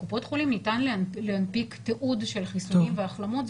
בקופות חולים ניתן להנפיק תיעוד של חיסונים והחלמות,